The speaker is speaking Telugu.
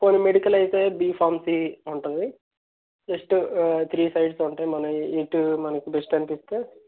పోనీ మెడికల్ అయితే బిఫార్మసీ ఉంటుంది జస్ట్ త్రి సైడ్స్ ఉంటాయి మన ఎటు మనకి బెస్ట్ అనిపిస్తే